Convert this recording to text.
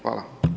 Hvala.